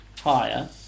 higher